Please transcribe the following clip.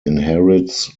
inherits